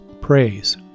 praise